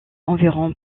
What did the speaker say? environ